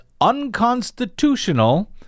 unconstitutional